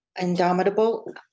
Indomitable